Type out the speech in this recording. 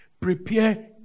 Prepare